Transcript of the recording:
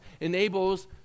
enables